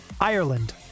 Ireland